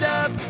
up